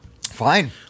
Fine